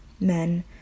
Men